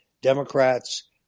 Democrats